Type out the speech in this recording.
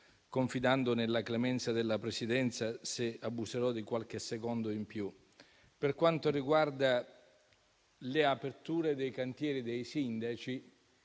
confidando nella clemenza della Presidenza se abuserò di qualche secondo in più. Per quanto riguarda le aperture dei cantieri dei sindaci,